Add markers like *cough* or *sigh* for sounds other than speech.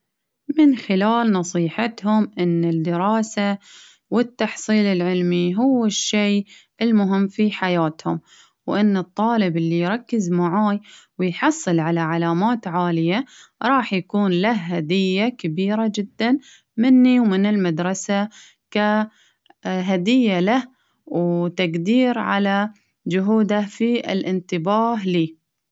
من خلال نصيحتهم إن الدراسة والتحصيل العلمي هو الشيء المهم في حياتهم، وإن الطالب اللي يركز معاي ،ويحصل على علامات عالية، راح يكون له هدية كبيرة جدا مني ومن المدرسة ك *hesitation* هدية له وتقدير على جهوده في الإنتباه لي.